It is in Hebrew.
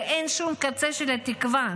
ואין שום קצה של תקווה.